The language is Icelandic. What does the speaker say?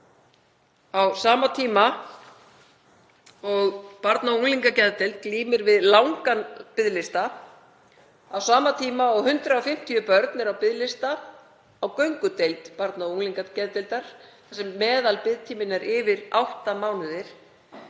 á sama tíma og barna- og unglingageðdeild glímir við langan biðlista, á sama tíma og 150 börn eru á biðlista á göngudeild barna- og unglingageðdeildar þar sem meðalbiðtími er yfir átta mánuðir,